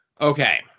Okay